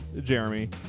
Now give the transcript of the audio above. Jeremy